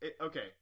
okay